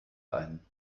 ein